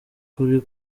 kuri